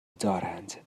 دارند